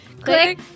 click